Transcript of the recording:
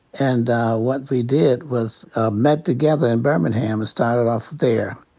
and what we did was ah met together in birmingham and started off there.